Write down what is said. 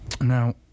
Now